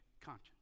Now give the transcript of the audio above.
conscience